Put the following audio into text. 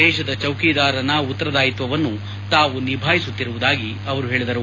ದೇಶದ ಚೌಕಿದಾರನ ಉತ್ತರದಾಯಿತ್ವವನ್ನು ತಾವು ನಿಭಾಯಿಸುತ್ತಿರುವುದಾಗಿ ಅವರು ಹೇಳಿದರು